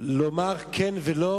לומר כן או לא.